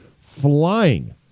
flying